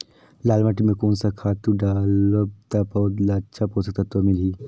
लाल माटी मां कोन सा खातु डालब ता पौध ला अच्छा पोषक तत्व मिलही?